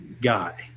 Guy